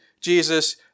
Jesus